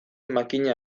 makina